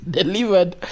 delivered